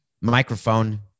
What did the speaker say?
microphone